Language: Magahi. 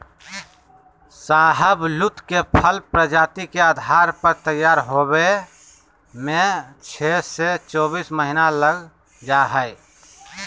शाहबलूत के फल प्रजाति के आधार पर तैयार होवे में छो से चोबीस महीना लग जा हई